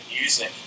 music